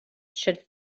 should